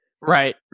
Right